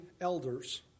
elders